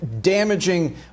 damaging